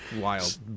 wild